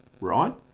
right